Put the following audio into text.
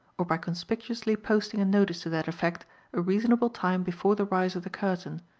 or by conspicuously posting a notice to that effect a reasonable time before the rise of the curtain,